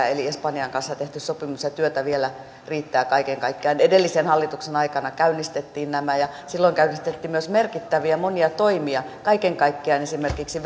eli espanjan kanssa tehty sopimus ja työtä vielä riittää kaiken kaikkiaan edellisen hallituksen aikana käynnistettiin nämä ja silloin käynnistettiin myös monia merkittäviä toimia kaiken kaikkiaan esimerkiksi